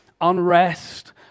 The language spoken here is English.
unrest